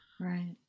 Right